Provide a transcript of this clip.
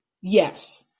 yes